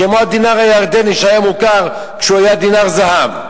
כמו הדינר הירדני, שהיה מוכר כשהוא היה דינר זהב.